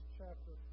chapter